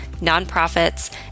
nonprofits